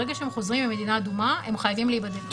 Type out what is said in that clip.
ברגע שחוזרים ממדינה אדומה, הם חייבים להיבדק.